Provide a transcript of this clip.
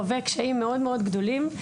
חווה קשיים מאוד גדולים.